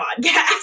podcast